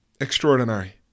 Extraordinary